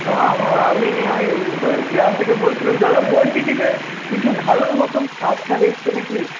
হ্যাঁ হ্যাঁ আমি ওই গ্রাম থেকে বলছিলাম দাদা বলছি কি যে কিছু ভালো নতুন সার টার এসেছে নাকি